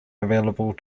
available